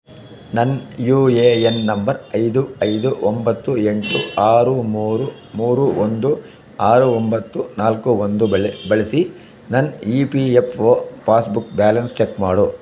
ನನ್ನ U A N number ಐದು ಐದು ಒಂಬತ್ತು ಎಂಟು ಆರು ಮೂರು ಮೂರು ಒಂದು ಆರು ಒಂಬತ್ತು ನಾಲ್ಕು ಒಂದು ಬಳೆ ಬಳಸಿ ನನ್ನ E P F O passbook balance check ಮಾಡು